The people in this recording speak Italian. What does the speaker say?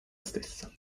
stessa